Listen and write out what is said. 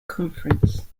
conference